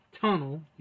Tunnel